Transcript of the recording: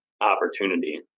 opportunity